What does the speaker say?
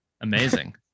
Amazing